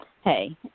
hey